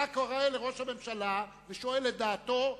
אתה קורא לראש הממשלה ושואל את דעתו,